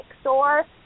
store